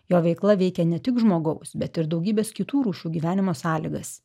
jo veikla veikia ne tik žmogaus bet ir daugybės kitų rūšių gyvenimo sąlygas